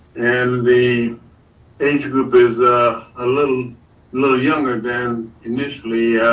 and the age group is a ah little little younger than initially